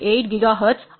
8 gigahertz ஆகும்